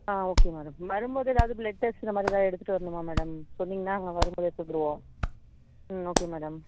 ஆ okay madam வரும்போது ஏதாவுது blood test இந்த மாதிரி ஏதாது எடுத்துகிட்டு வரணுமா மேடம் சொன்னீங்கன்னா வ வரும்போது எடுத்துகிட்டு வந்துடுவோம் ம் ஓகே மேடம்